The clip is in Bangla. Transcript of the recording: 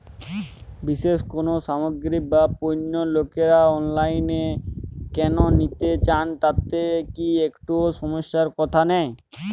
বিশেষ কোনো সামগ্রী বা পণ্য লোকেরা অনলাইনে কেন নিতে চান তাতে কি একটুও সমস্যার কথা নেই?